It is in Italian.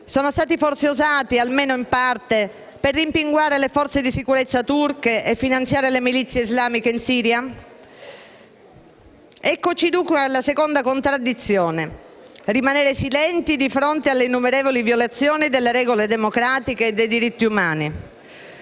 Sono stati forse usati, almeno in parte, per rimpinguare le forze di sicurezza turche e finanziare le milizie islamiche in Siria? Eccoci dunque alla seconda contraddizione: rimanere silenti di fronte alle innumerevoli violazioni delle regole democratiche e dei diritti umani.